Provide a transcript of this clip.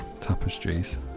tapestries